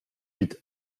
huit